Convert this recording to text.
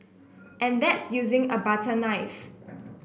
and that's using a butter knife